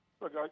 look